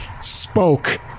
spoke